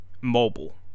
mobile